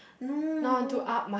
no no